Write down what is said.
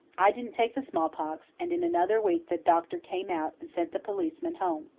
i didn't take the smallpox and in another week the doctor came out and sent the policeman home.